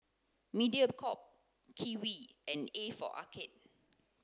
Mediacorp Kiwi and A for Arcade